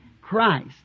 Christ